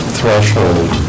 threshold